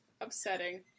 Upsetting